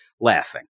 laughing